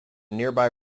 nearby